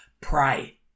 Pray